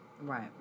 right